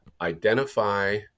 identify